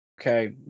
okay